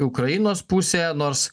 ukrainos pusė nors